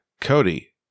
Cody